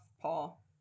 Paul